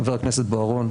חבר הכנסת בוארון,